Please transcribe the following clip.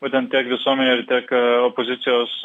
būtent tiek visuomenėje ir tiek opozicijos